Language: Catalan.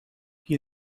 qui